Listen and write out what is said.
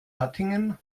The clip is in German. hattingen